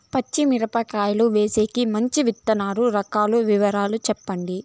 పచ్చి మిరపకాయలు వేసేకి మంచి విత్తనాలు రకాల వివరాలు చెప్పండి?